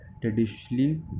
traditionally